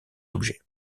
objet